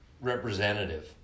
representative